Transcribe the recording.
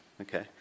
okay